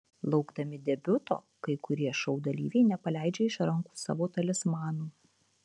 laukdami debiuto kai kurie šou dalyviai nepaleidžia iš rankų savo talismanų